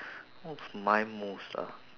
what was my most ah